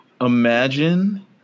Imagine